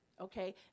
Okay